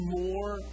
more